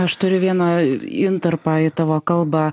aš turiu vieną intarpą į tavo kalbą